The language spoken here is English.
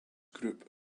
group